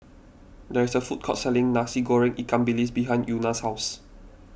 there is a food court selling Nasi Goreng Ikan Bilis behind Una's house